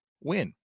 win